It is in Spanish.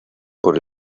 por